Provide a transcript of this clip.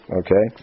okay